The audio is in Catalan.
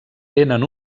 tenen